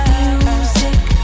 music